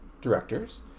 directors